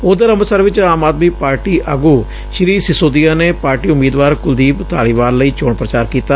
ਉਧਰ ਅੰਮਿ਼ਤਸਰ ਚ ਆਮ ਆਦਮੀ ਪਾਰਟੀ ਆਗੁ ਸ੍ੀ ਸਿਸੋਦੀਆ ਨੇ ਪਾਰਟੀ ਉਮੀਦਵਾਰ ਕੁਲਦੀਪ ਧਾਲੀਵਾਲ ਲਈ ਚੋਣ ਪੂਚਾਰ ਕੀਤਾ